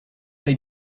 they